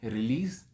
Release